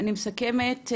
אני מסכמת ,